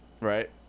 right